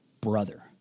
brother